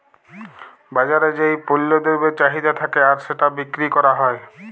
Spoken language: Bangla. বাজারে যেই পল্য দ্রব্যের চাহিদা থাক্যে আর সেটা বিক্রি ক্যরা হ্যয়